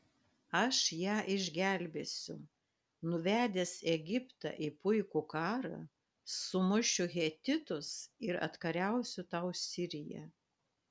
aš ją išgelbėsiu nuvedęs egiptą į puikų karą sumušiu hetitus ir atkariausiu tau siriją